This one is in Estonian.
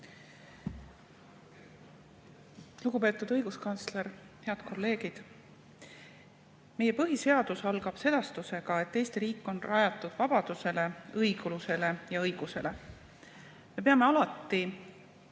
Lugupeetud õiguskantsler! Head kolleegid! Meie põhiseadus algab sedastusega, et Eesti riik on rajatud vabadusele, õiglusele ja õigusele. Me peame alati